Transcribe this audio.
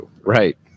Right